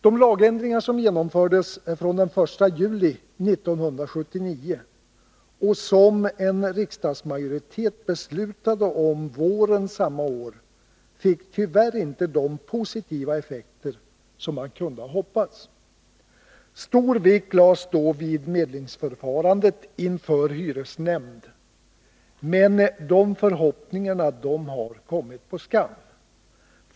De lagändringar som genomfördes från den 1 juli 1979 — en riksdagsmajoritet beslutade om detta på våren samma år — fick tyvärr inte de positiva effekter som man kunde ha hoppats. Stor vikt lades då vid medlingsförfarandet inför hyresnämnd. Men de förhoppningarna har kommit på skam.